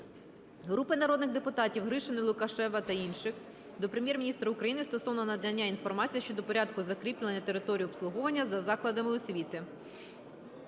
Групи народних депутатів (Гришиної, Лукашева та інших) до Прем'єр-міністра України стосовно надання інформації щодо порядку закріплення території обслуговування за закладами освіти.